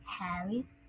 Harry's